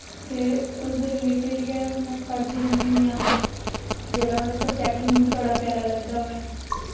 ते उसदे रिलेटिड़ गै में पढ़दी रौह्न्नी होन्नी आं जेह्ड़ा सबजैक्ट मिगी प्यारा लगदा होऐ